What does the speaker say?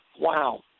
wow